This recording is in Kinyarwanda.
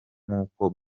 nkuko